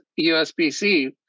USB-C